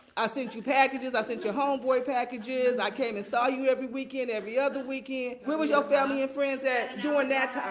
i sent you packages, i sent your homeboy packages. i came and saw you every weekend, every other weekend. where was your family and friends at during that time?